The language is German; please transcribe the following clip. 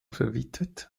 verwitwet